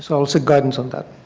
so seek guidance on that.